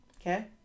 Okay